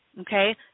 okay